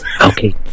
Okay